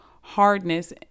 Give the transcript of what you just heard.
Hardness